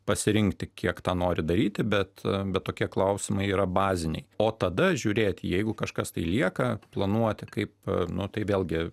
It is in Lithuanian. pasirinkti kiek tą nori daryti bet bet tokie klausimai yra baziniai o tada žiūrėti jeigu kažkas tai lieka planuoti kaip nu tai vėlgi